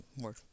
more